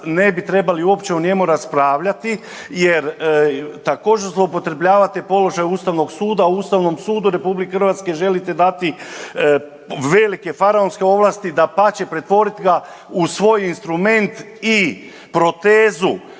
ne bi trebali uopće o njemu raspravljati jer također zloupotrebljavate položaj Ustavnog suda. Ustavnom sudu RH želite dati velike faraonske ovlasti dapače pretvorit ga u svoj instrument i protezu